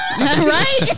right